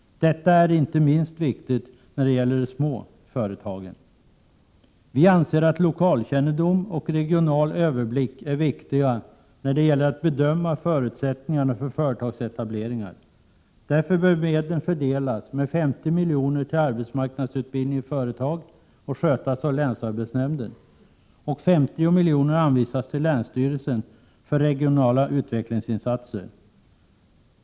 Detta är inte minst viktigt när det gäller de små företagen. Vi anser att lokalkännedom och regional överblick är viktiga när det gäller att bedöma förutsättningarna för företagsetableringar. Därför bör medlen fördelas med 50 miljoner till arbetsmarknadsutbildning i företag, som skall skötas av länsarbetsnämnden, och 50 miljoner till länsstyrelsen för regionala utvecklingsinsatser.